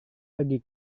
pergi